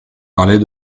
parlait